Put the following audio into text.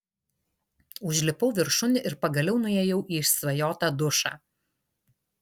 užlipau viršun ir pagaliau nuėjau į išsvajotą dušą